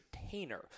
entertainer